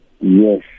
Yes